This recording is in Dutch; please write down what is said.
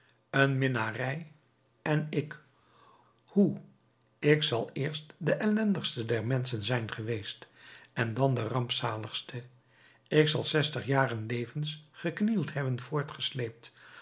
een minnarij en ik hoe ik zal eerst de ellendigste der menschen zijn geweest en dan de rampzaligste ik zal zestig jaren levens geknield hebben